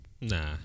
Nah